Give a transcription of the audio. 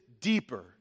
deeper